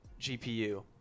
GPU